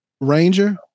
Ranger